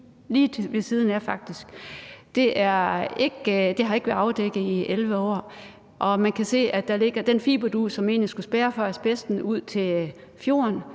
lige ved siden af. Det har ikke været afdækket i 11 år, og man kan se, at den fiberdug, som egentlig skulle spærre for asbesten ud til fjorden,